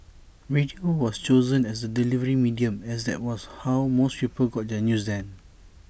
radio was chosen as the delivery medium as that was how most people got their news then